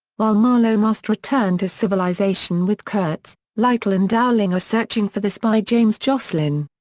while marlow must return to civilisation with kurtz, lytle and dowling are searching for the spy james josselin.